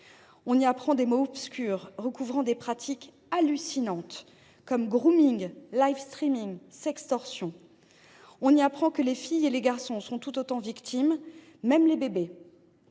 On y apprend des mots obscurs, recouvrant des pratiques hallucinantes :,, sextorsion. On y apprend que les filles et les garçons sont tout autant victimes, et même les bébés.